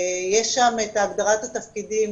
יש שם את הגדרת התפקידים